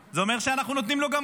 כשאנחנו נותנים למישהו פטור,